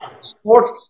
Sports